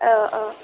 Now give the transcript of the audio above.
औ औ